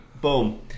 Boom